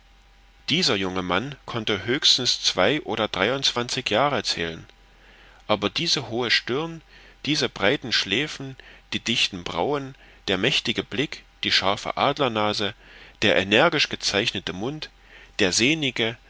dieser junge mann konnte höchstens zwei oder dreiundzwanzig jahre zählen aber diese hohe stirn diese breiten schläfen die dichten brauen der mächtige blick die scharfe adlernase der energisch gezeichnete mund der sehnige